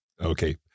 Okay